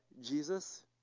Jesus